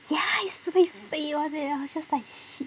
ya it's the 会飞 [one] leh I was just like